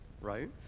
right